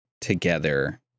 together